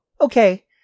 okay